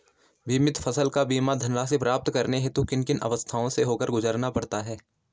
बीमित फसल का बीमा धनराशि प्राप्त करने हेतु किन किन अवस्थाओं से होकर गुजरना पड़ता है?